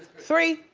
three,